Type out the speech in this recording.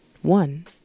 One